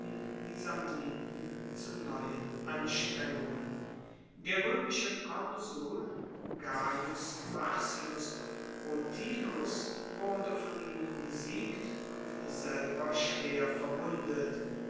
die samniten zu neuen anstrengungen der roemische konsul gaius marcius rutilus wurde von ihnen besiegt und selber schwer verwundet